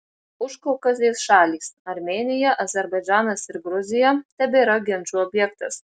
užkaukazės šalys armėnija azerbaidžanas ir gruzija tebėra ginčų objektas